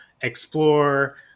explore